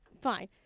fine